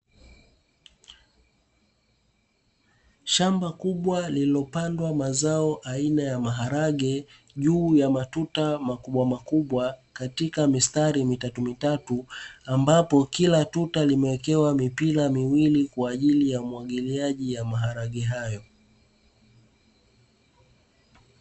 Shamba kubwa lililopandwa mazao aina ya maharage juu ya matuta makubwamakubwa katika mistari mitatumitatu, ambapo kila tuta limewekewa mipira miwili kwaajili ya umwagiliaji wa maharage hayo.